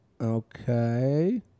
Okay